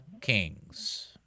kings